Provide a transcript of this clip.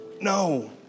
No